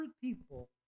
people